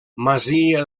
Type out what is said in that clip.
masia